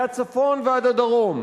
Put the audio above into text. מהצפון ועד הדרום,